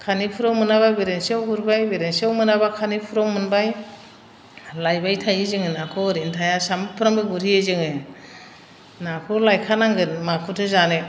खानिफुराव मोनाब्ला बेरेन्सियाव गुरबाय बेरेन्सियाव मोनाब्ला खानिफुराव मोनबाय लायबाय थायो जोङो नाखौ ओरैनो थाया सानफ्रामबो गुरहैयो जोङो नाखौ लायखानांगोन माखौथ' जानो